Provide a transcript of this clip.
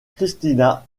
christina